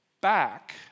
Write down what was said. back